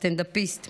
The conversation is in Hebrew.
סטנדאפיסט,